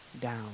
down